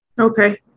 okay